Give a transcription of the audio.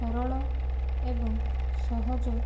ସରଳ ଏବଂ ସହଜ